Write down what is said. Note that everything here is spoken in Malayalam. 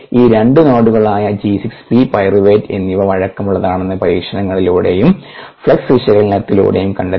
ഈ 2 നോഡുകളായ ജി 6 പി പൈറുവേറ്റ് എന്നിവ വഴക്കമുള്ളതാണെന്ന് പരീക്ഷണങ്ങളിലൂടെയും ഫ്ലക്സ് വിശകലനത്തിലൂടെയും കണ്ടെത്തി